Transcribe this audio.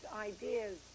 ideas